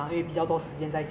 觉得太难了